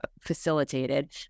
facilitated